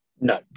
No